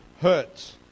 hurts